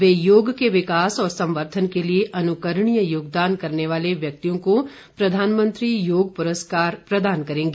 वे योग के विकास और संवर्धन के लिए अनुकरणीय योगदान करने वाले व्यक्तियों को प्रधानमंत्री योग पुरस्कार प्रदान करेंगे